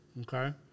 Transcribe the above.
Okay